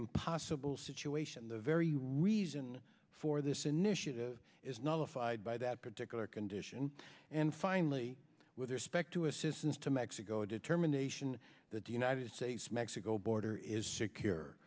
impossible situation the very reason for this initiative is not a five by that particular condition and finally with respect to assistance to mexico a determination that the united states mexico border is secure